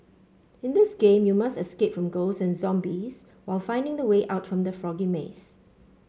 in this game you must escape from ghosts and zombies while finding the way out from the foggy maze